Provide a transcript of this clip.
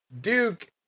Duke